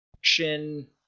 action